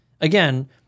again